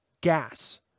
gas